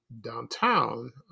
Downtown